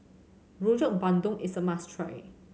Rojak Bandung is a must try